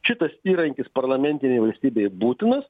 šitas įrankis parlamentinei valstybei būtinas